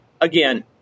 again